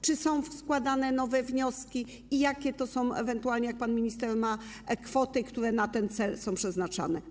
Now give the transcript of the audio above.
Czy są składane nowe wnioski i jakie to są ewentualnie kwoty - jak pan minister ma te dane - które na ten cel są przeznaczane?